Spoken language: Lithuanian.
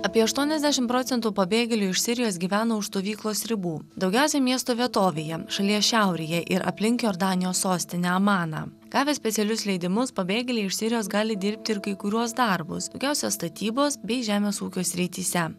apie aštuoniasdešimt procentų pabėgėlių iš sirijos gyvena už stovyklos ribų daugiausia miesto vietovėje šalies šiaurėje ir aplink jordanijos sostinę amaną gavę specialius leidimus pabėgėliai iš sirijos gali dirbti ir kai kuriuos darbus daugiausia statybos bei žemės ūkio srityse